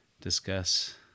discuss